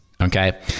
Okay